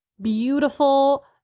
beautiful